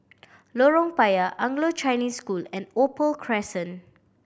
Lorong Payah Anglo Chinese School and Opal Crescent